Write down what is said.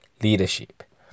leadership